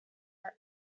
our